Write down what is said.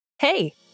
Hey